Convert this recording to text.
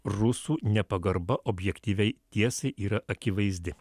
rusų nepagarba objektyviai tiesai yra akivaizdi